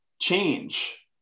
change